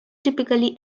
typically